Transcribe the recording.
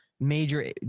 major